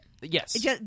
Yes